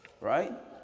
Right